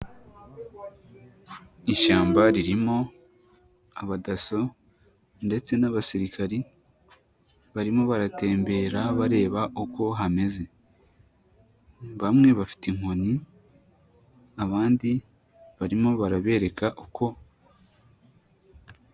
Ishyamba ririmo abadaso ndetse n'abasirikari, barimo baratembera bareba uko hameze. Bamwe bafite inkoni, abandi barimo barabereka uko; .